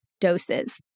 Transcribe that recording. doses